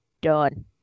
Done